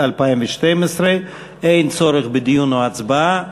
התשע"ב 2012. אין צורך בדיון או הצבעה,